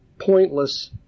Pointless